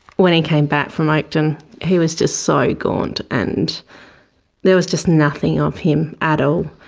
when he came back from oakden he was just so gaunt, and there was just nothing of him at all.